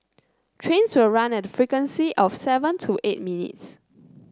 trains will run at a frequency of seven to eight minutes